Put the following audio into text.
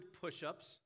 push-ups